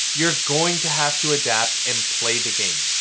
you're going to have to adapt and play the game.